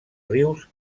rius